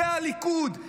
זה הליכוד.